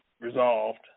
resolved